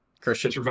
Christian